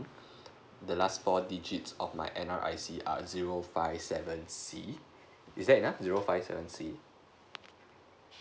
the last four digits of my N_R_I_C are zero five seven C is that uh zero five seven C